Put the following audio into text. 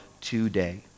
today